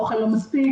אוכל שלא מספיק,